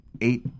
eight